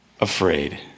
afraid